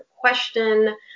question